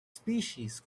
species